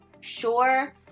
sure